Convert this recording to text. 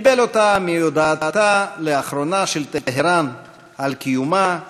קיבל אותה מהודעתה לאחרונה של טהרן על קיומה,